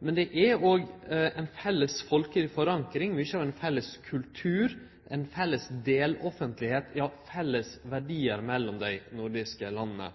men det er òg ei felles folkeleg forankring i ein felles kultur, ei felles deloffentlegheit, ja felles verdiar mellom dei nordiske landa.